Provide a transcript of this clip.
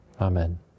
amen